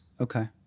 Okay